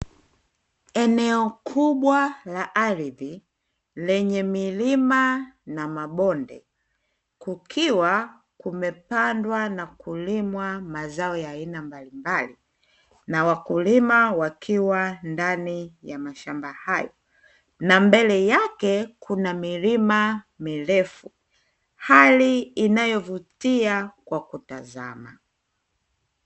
Eneo kubwa la ardhi lenye milima na mabonde, kukiwa kumepandwa na kumelimwa mazao ya aina mbalimbali na wakulima wakiwa ndani ya mashamba hayo, na mbele yake kuna milima mirefu; hali inayovutia kwa kutazama.